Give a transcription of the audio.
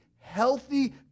healthy